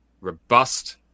robust